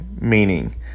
meaning